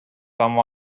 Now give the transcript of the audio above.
some